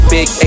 Big